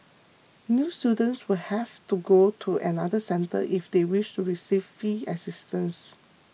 new students will have to go to another centre if they wish to receive fee assistance